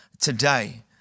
Today